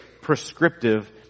prescriptive